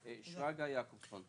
שרגא יעקובסון.